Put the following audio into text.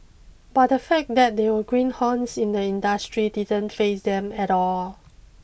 but the fact that they were greenhorns in the industry didn't faze them at all